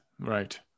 Right